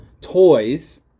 toys